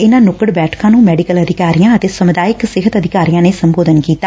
ਇਨਾਂ ਨੁਕੱੜ ਬੈਠਕਾਂ ਨੂੰ ਮੈਡੀਕਲ ਅਧਿਕਾਰੀਆਂ ਅਤੇ ਸਮੁਦਾਇਕ ਸਿਹਤ ਅਧਿਕਾਰੀਆਂ ਨੇ ਸੰਬੋਧਤ ਕੀਤਾ